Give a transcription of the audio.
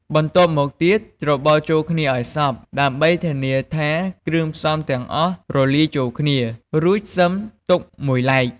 បន្ទាប់មកទៀត ច្របល់ចូលគ្នាឱ្យសព្វ ដើម្បីធានាថាគ្រឿងផ្សំទាំងអស់រលាយចូលគ្នា រួចសិមទុកមួយឡែក។